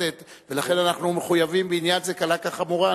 ולכן אנחנו מחויבים בעניין זה קלה כחמורה.